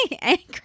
angry